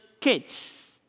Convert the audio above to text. kids